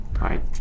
Right